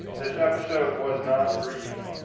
this episode was not brief,